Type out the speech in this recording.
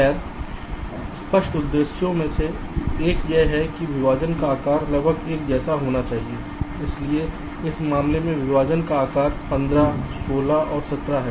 खैर स्पष्ट उद्देश्यों में से एक यह है कि विभाजन का आकार लगभग एक जैसा होना चाहिए इसलिए इस मामले में विभाजन का आकार 15 16 और 17 है